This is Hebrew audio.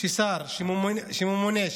ששר שממונה,